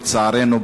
לצערנו,